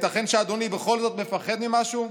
ייתכן שאדוני בכל זאת מפחד ממשהו?